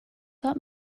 got